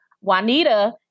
Juanita